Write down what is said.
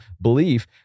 belief